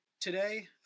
Today